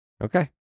Okay